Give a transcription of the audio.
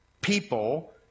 people